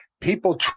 people